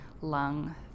lung